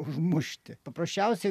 užmušti paprasčiausiai